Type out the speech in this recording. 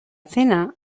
cena